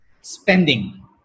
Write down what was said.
Spending